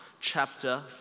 chapter